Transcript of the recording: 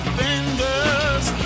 fingers